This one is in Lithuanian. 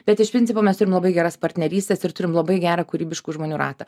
bet iš principo mes turim labai geras partnerystes ir turim labai gerą kūrybiškų žmonių ratą